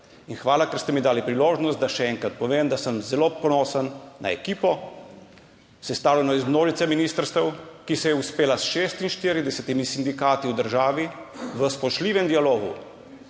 In hvala, ker ste mi dali priložnost, da še enkrat povem, da sem zelo ponosen na ekipo, sestavljeno iz množice ministrstev, ki se je uspela s 46 sindikati v državi v spoštljivem dialogu,